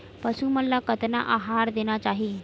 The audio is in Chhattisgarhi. पशु मन ला कतना आहार देना चाही?